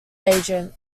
agent